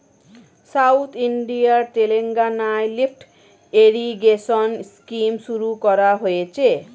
south ইন্ডিয়ার তেলেঙ্গানায় lift irrigation scheme শুরু করা হয়েছে